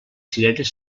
cireres